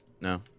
No